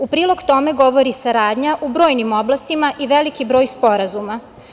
U prilog tome govori saradnja u brojnim oblastima i veliki broj sporazuma.